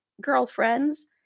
Girlfriends